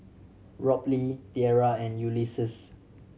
Robley Tiera and Ulises